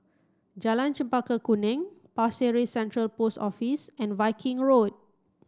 Jalan Chempaka Kuning Pasir Ris Central Post Office and Viking Road